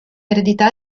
eredità